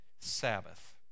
sabbath